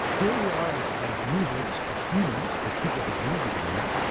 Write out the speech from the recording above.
here we are as as users, as humans, as people that use the internet,